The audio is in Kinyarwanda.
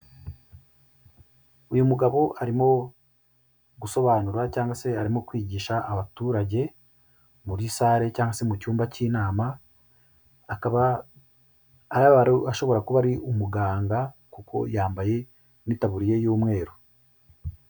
Uyu mugabo arimo gusobanura cyangwa se arimo kwigisha abaturage muri sale cyangwa se mu cyumba cy'inama, akaba ashobora kuba ari umuganga kuko yambaye n'itaburiye y'umweru.